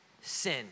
sin